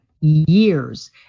years